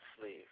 sleeve